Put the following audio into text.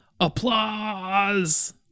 Applause